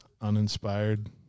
uninspired